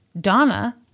Donna